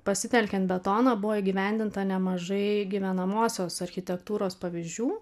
pasitelkian betoną buvo įgyvendinta nemažai gyvenamosios architektūros pavyzdžių